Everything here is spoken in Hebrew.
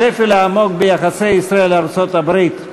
השפל העמוק ביחסי ישראל ארצות-הברית,